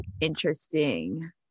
interesting